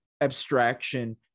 abstraction